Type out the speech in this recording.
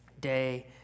day